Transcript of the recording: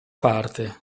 parte